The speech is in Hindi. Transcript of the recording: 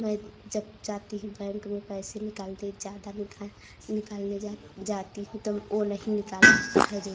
मैं जब जाती हूँ बैंक में पैसे निकाल दिए ज़्यादा निकाल निकालने जा जाती हूँ तो ओ नहीं निकाल पाता है जो